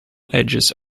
edges